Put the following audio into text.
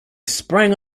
sprang